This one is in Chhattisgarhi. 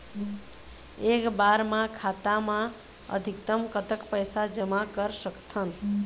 एक बार मा खाता मा अधिकतम कतक पैसा जमा कर सकथन?